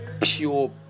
pure